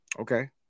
Okay